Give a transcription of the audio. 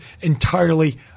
entirely